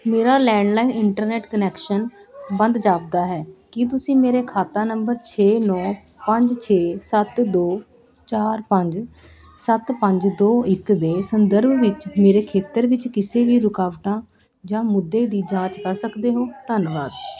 ਮੇਰਾ landline internet connection ਬੰਦ ਜਾਪਦਾ ਹੈ ਕੀ ਤੁਸੀਂ ਮੇਰੇ ਖਾਤਾ ਨੰਬਰ ਛੇ ਨੌਂ ਪੰਜ ਛੇ ਸੱਤ ਦੋ ਚਾਰ ਪੰਜ ਸੱਤ ਪੰਜ ਦੋ ਇੱਕ ਦੇ ਸੰਦਰਭ ਵਿੱਚ ਮੇਰੇ ਖੇਤਰ ਵਿੱਚ ਕਿਸੇ ਵੀ ਰੁਕਾਵਟਾਂ ਜਾਂ ਮੁੱਦੇ ਦੀ ਜਾਂਚ ਕਰ ਸਕਦੇ ਹੋ ਧੰਨਵਾਦ